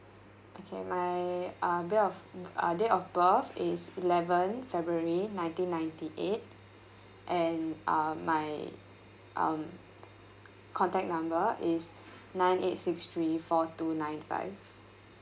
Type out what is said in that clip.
okay my uh date of uh date of birth is eleven february nineteen ninety eight and uh my um contact number is nine eight six three four two nine five